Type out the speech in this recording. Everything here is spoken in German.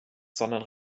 sondern